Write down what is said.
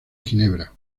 ginebra